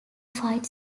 fight